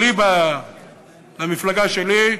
אליבא דמפלגה שלי,